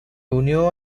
unió